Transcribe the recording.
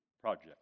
project